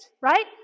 right